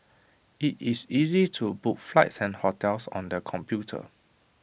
IT is easy to book flights and hotels on the computer